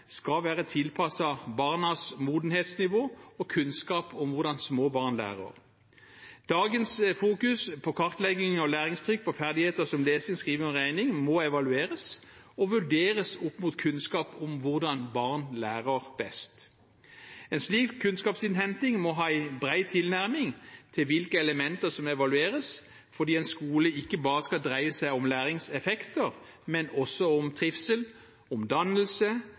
skal være tilpasset barnas modenhetsnivå og kunnskap om hvordan små barn lærer. Dagens fokus på kartlegging og læringstrykk på ferdigheter som lesing, skriving og regning må evalueres og vurderes opp mot kunnskap om hvordan barn lærer best. En slik kunnskapsinnhenting må ha en bred tilnærming til hvilke elementer som evalueres, fordi en skole ikke bare skal dreie seg om læringseffekter, men også om trivsel